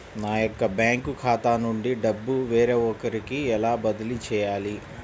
నా యొక్క బ్యాంకు ఖాతా నుండి డబ్బు వేరొకరికి ఎలా బదిలీ చేయాలి?